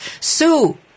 Sue